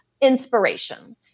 inspiration